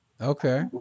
Okay